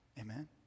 Amen